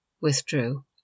withdrew